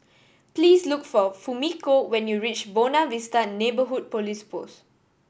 please look for Fumiko when you reach Buona Vista Neighbourhood Police Post